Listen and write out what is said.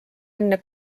enne